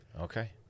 Okay